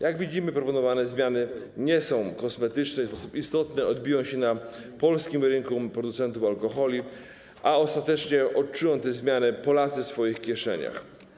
Jak widzimy, proponowane zmiany nie są kosmetyczne i w sposób istotny odbiją się na polskim rynku producentów alkoholi, a ostatecznie odczują te zmiany Polacy w swoich kieszeniach.